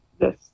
Yes